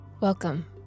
Welcome